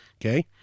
Okay